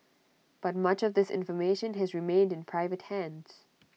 but much of this information has remained in private hands